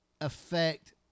affect